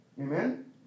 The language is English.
Amen